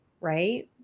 right